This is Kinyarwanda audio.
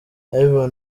ivan